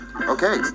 Okay